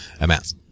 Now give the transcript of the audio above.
amounts